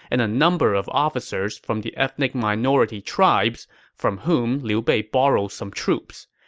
and a number of officers from the ethnic minority tribes from whom liu bei borrowed some troops.